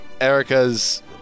Erica's